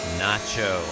nacho